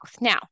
Now